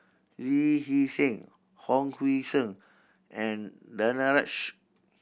Lee Hee Seng Hon Sui Sen and Danaraj